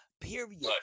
Period